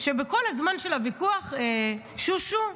ובכל הזמן של הוויכוח, שושו,